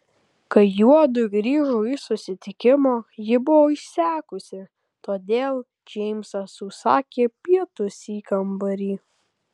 kai juodu grįžo iš susitikimo ji buvo išsekusi todėl džeimsas užsakė pietus į kambarį